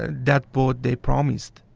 ah that boat they promised.